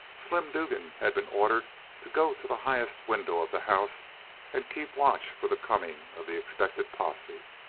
slim dugan had been ordered to go to the highest window of the house and keep watch for the coming of the expected posse.